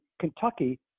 Kentucky